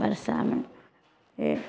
बरसामे फेर